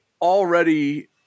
already